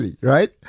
right